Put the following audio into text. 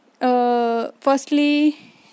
firstly